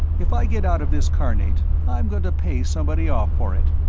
if i get out of this carnate, i'm going to pay somebody off for it.